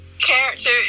character